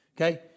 okay